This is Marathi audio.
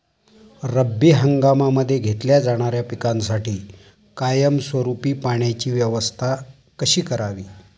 रब्बी हंगामामध्ये घेतल्या जाणाऱ्या पिकांसाठी कायमस्वरूपी पाण्याची व्यवस्था कशी करावी?